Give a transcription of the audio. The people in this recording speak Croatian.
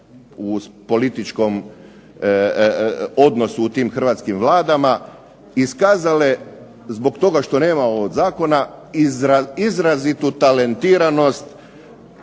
u političkom odnosu u tim hrvatskim vladama, iskazale, zbog toga što …/Ne razumije se./… zakona izrazitu talentiranost